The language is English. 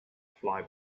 fly